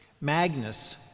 Magnus